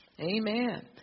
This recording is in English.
Amen